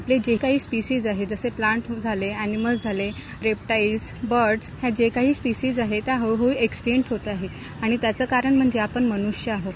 आपले जे काही स्पिसीज आहेत तसे प्लाट झाले एनिमल्स झाले रेपटाईल्स बर्ड हे जे काही स्पिसीज आहेत ते हळूहळू एक्सटेन्ट होत आहेत आणि त्याचं कारण म्हणजे आपण मनुष्य आहोत